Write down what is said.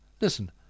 Listen